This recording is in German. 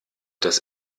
das